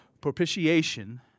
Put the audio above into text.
Propitiation